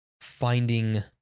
finding